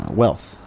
wealth